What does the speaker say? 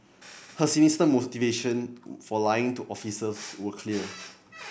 her sinister motivation for lying to officers were clear